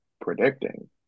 predicting